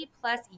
plus